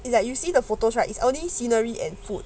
it's like you see the photos right is only scenery and food